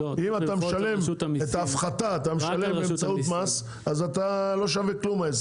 אם את ההפחתה אתה משלם באמצעות מס,